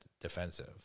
defensive